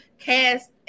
Cast